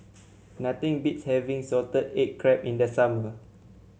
nothing beats having Salted Egg Crab in the summer